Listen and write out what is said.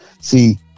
See